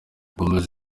gomez